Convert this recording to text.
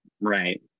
Right